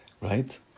right